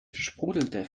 sprudelte